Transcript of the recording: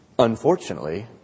Unfortunately